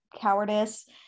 cowardice